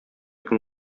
көн